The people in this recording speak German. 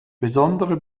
besondere